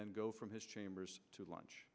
then go from his chambers to lunch